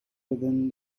within